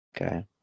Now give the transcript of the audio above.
Okay